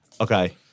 Okay